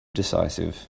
decisive